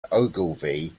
ogilvy